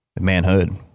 Manhood